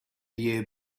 year